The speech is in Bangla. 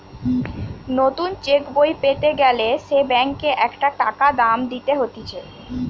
নতুন চেক বই পেতে গ্যালে সে ব্যাংকে একটা টাকা দাম দিতে হতিছে